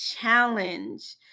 challenge